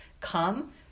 come